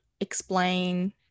explain